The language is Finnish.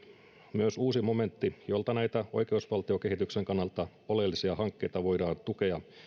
myös uusi momentti jolta näitä oikeusvaltiokehityksen kannalta oleellisia hankkeita voidaan tukea